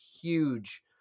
huge